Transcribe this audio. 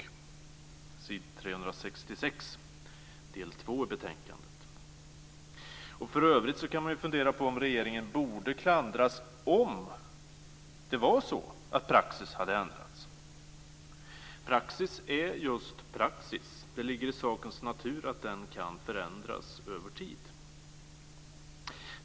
Det står på s. 366 i betänkandets del 2. För övrigt kan man fundera på om regeringen borde klandras om det var så att praxis hade ändrats. Praxis är just praxis; det ligger i sakens natur att den kan förändras över tid.